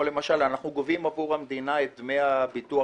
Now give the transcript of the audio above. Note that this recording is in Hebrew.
כמו למשל שאנחנו גובים עבור המדינה את דמי ביטוח